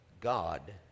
God